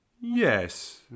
Yes